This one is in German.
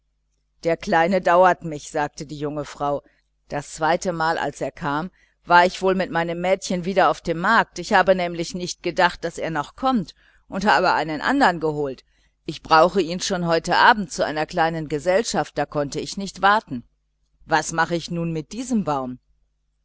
der kleine dauert mich sagte die junge frau das zweite mal als er kam war ich wohl mit meinem mädchen wieder auf dem markt ich habe nämlich nicht gedacht daß er noch kommt und habe einen andern geholt ich brauche ihn schon heute abend zu einer kleinen gesellschaft da konnte ich nicht warten was mache ich nun mit diesem baum